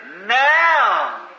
Now